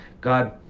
God